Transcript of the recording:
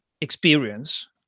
experience